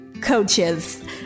coaches